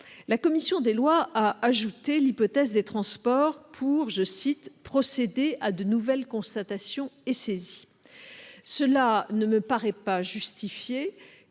La commission des lois a ajouté l'hypothèse des transports pour procéder « à de nouvelles constatations ou saisies ». Cela ne me paraît pas justifié,